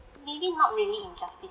maybe not really injustices